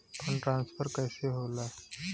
Fund transfer कैसे होला?